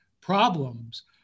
problems